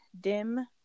DIM